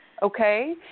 Okay